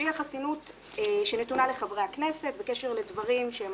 שהיא החסינות שנתונה לחברי הכנסת בקשר לדברים שהם